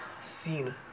scene